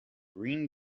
green